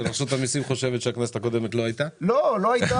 שרשות המיסים חושבת שהכנסת הקודמת לא היתה.